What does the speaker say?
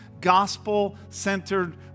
gospel-centered